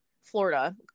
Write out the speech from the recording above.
Florida